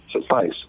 suffice